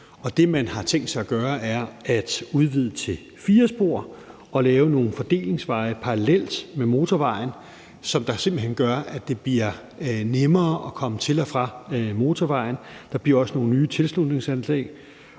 det, man har tænkt sig at gøre, er at udvide den til fire spor og lave nogle fordelingsveje parallelt med motorvejen, som skal gøre det nemmere at komme til og fra motorvejen. Der kommer også nogle nye tilslutningsanlæg,